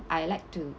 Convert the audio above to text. I like to